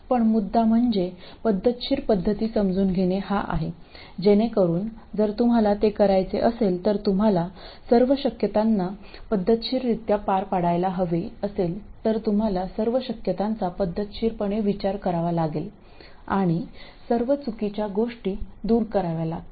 पण मुद्दा म्हणजे पद्धतशीर पध्दती समजून घेणे हा आहे जेणेकरून जर तुम्हाला ते करायचे असेल तर तुम्हाला सर्व शक्यतांना पद्धतशीरित्या पार पाडायला हवे असेल तर तुम्हाला सर्व शक्यतांचा पद्धतशीरपणे विचार करावा लागेल आणि सर्व चुकीच्या गोष्टी दूर कराव्या लागतील